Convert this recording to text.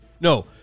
no